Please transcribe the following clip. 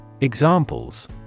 Examples